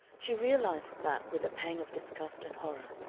she realized that with a pang of disgust and horror.